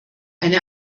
eine